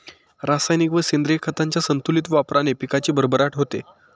रासायनिक व सेंद्रिय खतांच्या संतुलित वापराने पिकाची भरभराट होते